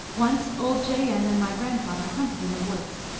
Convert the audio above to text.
once old j. n. and my grandfather hunted in the woods.